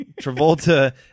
Travolta